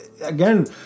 Again